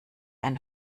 ein